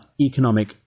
economic